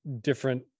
different